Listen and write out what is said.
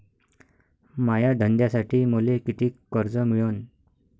माया धंद्यासाठी मले कितीक कर्ज मिळनं?